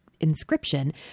inscription